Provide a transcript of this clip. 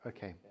Okay